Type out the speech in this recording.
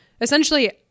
essentially